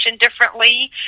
differently